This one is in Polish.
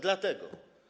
Dlatego.